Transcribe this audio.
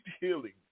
healing